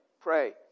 pray